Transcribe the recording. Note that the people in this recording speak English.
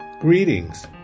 Greetings